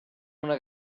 una